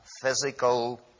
physical